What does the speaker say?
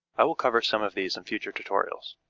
i will cover some of these in future tutorials.